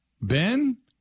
Ben